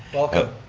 welcome.